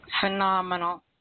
Phenomenal